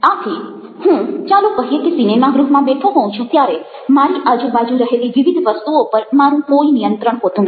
આથી હું ચાલો કહીએ કે સિનેમાગ્રુહમાં બેઠો હોઉં છું ત્યારે મારી આજુ બાજુ રહેલી વિવિધ વસ્તુઓ પર મારું કોઈ નિયંત્રણ હોતું નથી